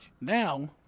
Now